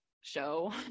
show